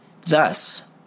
Thus